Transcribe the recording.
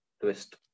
twist